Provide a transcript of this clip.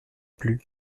plus